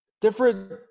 Different